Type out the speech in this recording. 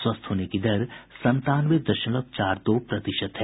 स्वस्थ होने की दर संतानवे दशमलव चार दो प्रतिशत है